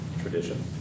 tradition